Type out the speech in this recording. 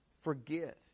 forgive